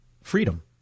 freedom